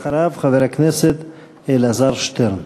אחריו, חבר הכנסת אלעזר שטרן.